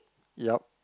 yep